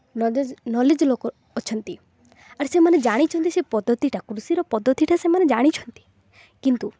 knowledge knowledge ଲୋକ ଅଛନ୍ତି ଆର୍ ସେମାନେ ଜାଣିଛନ୍ତି ସେ ପଦ୍ଧତିଟା କୃଷିର ପଦ୍ଧତିଟା ସେମାନେ ଜାଣିଛନ୍ତି କିନ୍ତୁ